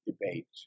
debate